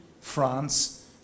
France